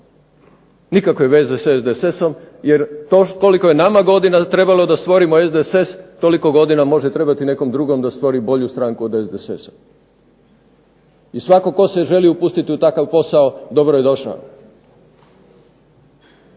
Nikakve veze sa SDSS-om, jer to koliko je nama godina trebalo da stvorimo SDSS, toliko godina može trebati nekom drugom da stvori bolju stranku od SDSS-a. I svatko tko se želi upustiti u takav posao dobro je došao,